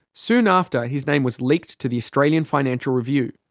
soon after, his name was leaked to the australian financial review.